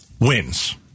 wins